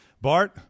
Bart